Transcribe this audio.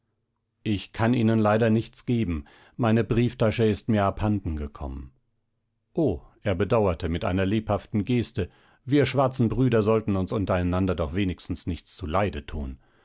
ich kann ihnen leider nichts geben meine brieftasche ist mir abhanden gekommen o er bedauerte mit einer lebhaften geste wir schwarzen brüder sollten uns untereinander doch wenigstens nichts zuleide tun